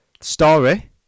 Story